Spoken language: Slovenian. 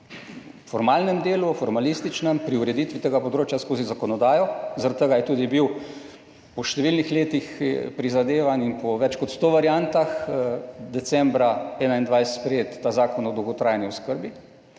na formalnem delu, formalističnem, pri ureditvi tega področja skozi zakonodajo, zaradi tega je tudi bil po številnih letih prizadevanj in po več kot sto variantah decembra 2021 sprejet ta Zakon o dolgotrajni oskrbi